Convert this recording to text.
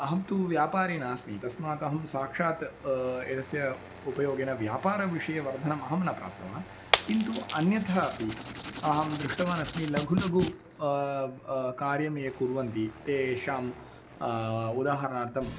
अहं तु व्यापारी नास्मि तस्मात् अहं साक्षात् यस्य उपयोगेन व्यापारविषये वर्धनम् अहं न प्राप्तवान् किन्तु अन्यथा अपि अहं दृष्टवानस्मि लघु लघु कार्यं ये कुर्वन्ति तेषाम् उदाहरणार्थम्